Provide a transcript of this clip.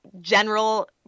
general